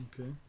Okay